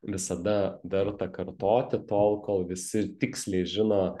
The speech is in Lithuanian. visada verta kartoti tol kol visi tiksliai žino